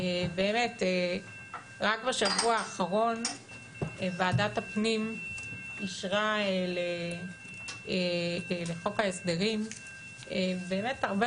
רק בשבוע האחרון ועדת הפנים אישרה בחוק ההסדרים באמת הרבה